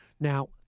Now